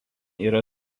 yra